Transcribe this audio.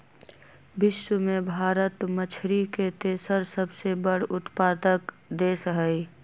विश्व में भारत मछरी के तेसर सबसे बड़ उत्पादक देश हई